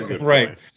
right